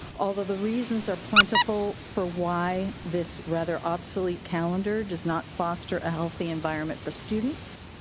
although the reasons are plentiful for why this rather obsolete calendar does not foster a healthy environment for students,